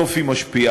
בסוף היא משפיעה.